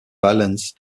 balance